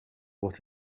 what